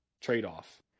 trade-off